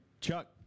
Chuck